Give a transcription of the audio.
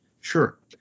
Sure